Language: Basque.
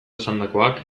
esandakoak